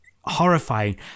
horrifying